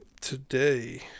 today